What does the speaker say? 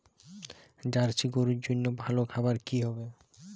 Jersey গরুর জন্য ভালো খাবার কি হবে?